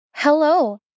Hello